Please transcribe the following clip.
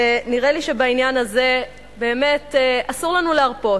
ונראה לי שבעניין הזה באמת אסור לנו להרפות.